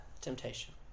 Temptation